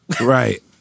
Right